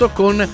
con